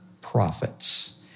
prophets